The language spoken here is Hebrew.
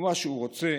ומה שהוא רוצה,